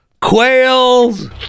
Quails